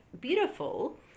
beautiful